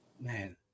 Man